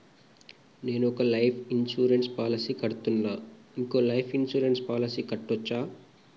నేను ఒక life insurance policy కడ్తున్నా, ఇంకో లైఫ్ ఇన్సూరెన్స్ పాలసీ కట్టొచ్చా?